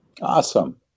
Awesome